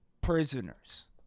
prisoners